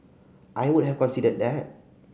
I would have considered that